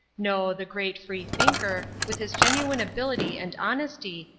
no, the great free-thinker, with his genuine ability and honesty,